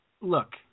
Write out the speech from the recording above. look